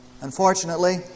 Unfortunately